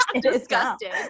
Disgusting